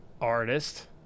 artist